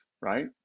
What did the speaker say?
right